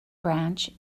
branch